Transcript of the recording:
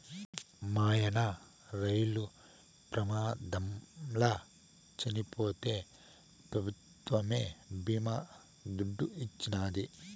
మాయన్న రైలు ప్రమాదంల చచ్చిపోతే పెభుత్వమే బీమా దుడ్డు ఇచ్చినాది